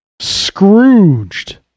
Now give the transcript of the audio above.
Scrooged